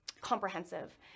comprehensive